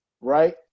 right